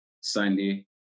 Sunday